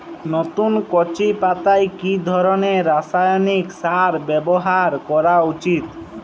নতুন কচি পাতায় কি ধরণের রাসায়নিক সার ব্যবহার করা উচিৎ?